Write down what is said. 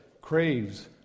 craves